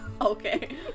Okay